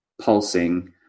pulsing